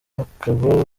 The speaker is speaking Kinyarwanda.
hakaba